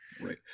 right